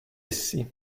essi